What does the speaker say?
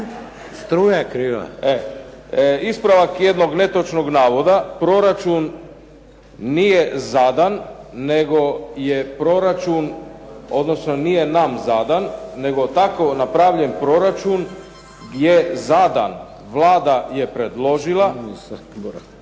Ispravak jednog netočnog navoda. Proračun nije zadan nego je proračun, odnosno nije nam zadan, nego tako napravljen proračun je zadan. Vlada je predložila